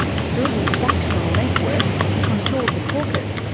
through his factional network he controlled the caucus,